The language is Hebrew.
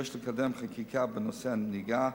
יש לקדם חקיקה בנושא הנהיגה,